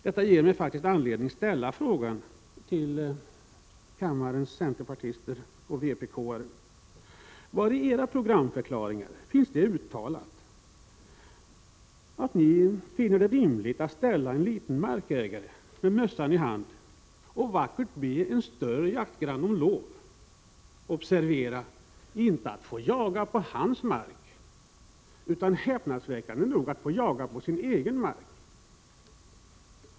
Det ger mig anledning att ställa en fråga främst till kammarens vpk-are och centerpartister. Var i era programförklaringar finns det uttalat att ni finner det rimligt att en liten markägare skall stå med mössan i hand och vackert be en större jaktgranne om lov - inte för att få jaga på hans mark utan häpnadsväckande nog för att få jaga på den egna marken?